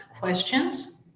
questions